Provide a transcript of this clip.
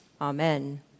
amen